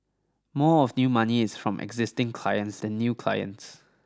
more of new money is from existing clients than new clients